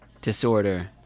disorder